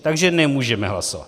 Takže nemůžeme hlasovat.